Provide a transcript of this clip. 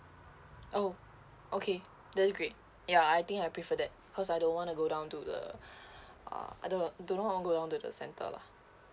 oh okay that is great ya I think I prefer that because I don't want to go down to the ah I don't know I don't know how to go down to the centre lah